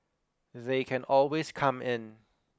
they can always come in